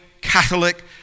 Catholic